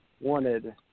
wanted